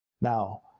Now